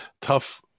tough